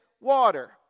water